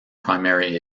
primary